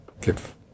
give